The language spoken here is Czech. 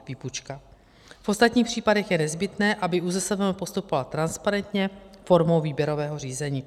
V ostatních případech je nezbytné, aby ÚZSVM postupoval transparentně formou výběrového řízení.